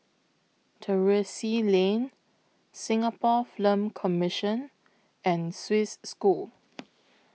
Terrasse Lane Singapore Film Commission and Swiss School